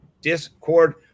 Discord